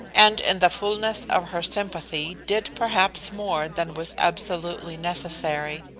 and in the fullness of her sympathy did perhaps more than was absolutely necessary.